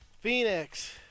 Phoenix